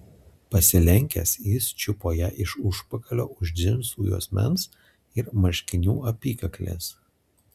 pasilenkęs jis čiupo ją iš užpakalio už džinsų juosmens ir marškinių apykaklės